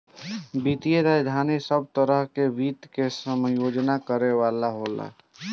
वित्तीय राजधानी सब तरह के वित्त के समायोजन करे वाला होला